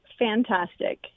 fantastic